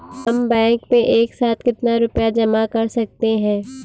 हम बैंक में एक साथ कितना रुपया जमा कर सकते हैं?